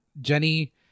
Jenny